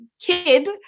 kid